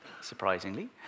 surprisingly